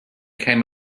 came